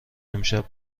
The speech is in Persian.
امشب